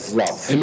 love